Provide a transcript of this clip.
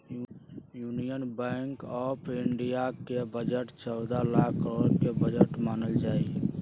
union bank of India के budget चौदह लाख करोड के बजट मानल जाहई